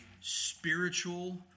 spiritual